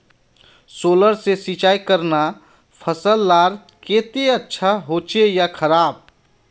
Solar से सिंचाई करना फसल लार केते अच्छा होचे या खराब?